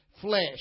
flesh